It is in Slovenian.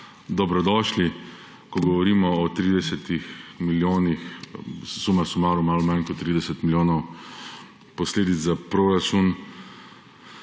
dobrodošli, ko govorimo o 30 milijonih, suma sumarum malo manj kot 30 milijonih posledic za proračun,